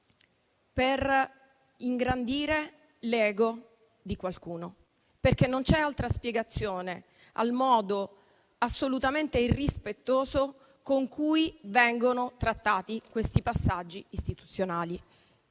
per ingrandire l'*ego* di qualcuno. Non c'è altra spiegazione al modo assolutamente irrispettoso con cui vengono trattati questi passaggi istituzionali.